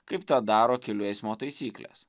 kaip tą daro kelių eismo taisyklės